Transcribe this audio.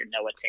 Noah